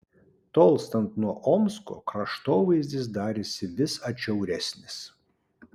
tolstant nuo omsko kraštovaizdis darėsi vis atšiauresnis